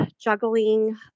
juggling